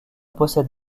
possède